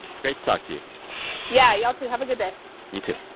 great to talk to you yeah, y'all too. have a good day you too.